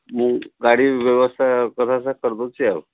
ମୁଁ ଗାଡ଼ି ବ୍ୟବସ୍ଥା କରିବା କଥା କରିଦେଉଛି ଆଉ